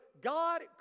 God